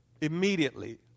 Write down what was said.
immediately